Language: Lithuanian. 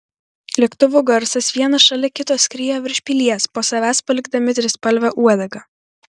lėktuvų garsas vienas šalia kito skriejo virš pilies po savęs palikdami trispalvę uodegą